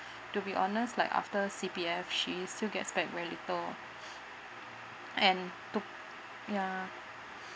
to be honest like after C_P_F she's still gets back very little and to yeah